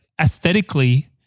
aesthetically